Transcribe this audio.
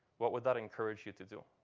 what would that encourage you to do?